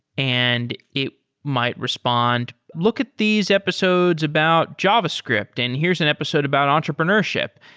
and it might respond, look at these episodes about javascript, and here's an episode about entrepreneurship.